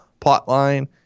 plotline